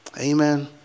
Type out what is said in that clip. Amen